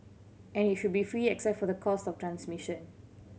and it should be free except for the cost of transmission